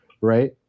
right